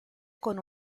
con